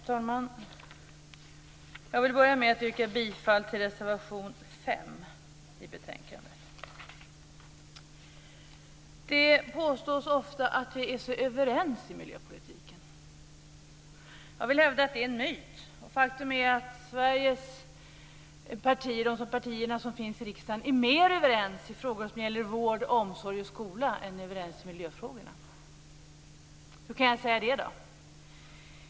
Fru talman! Jag börjar med att yrka bifall till reservation 5 i betänkandet. Det påstås ofta att vi är så överens i miljöpolitiken. Jag vill hävda att det är en myt. Faktum är att de partier som finns i Sveriges riksdag är mer överens i frågor som gäller vård, omsorg och skola än i miljöfrågorna. Hur kan jag då säga det?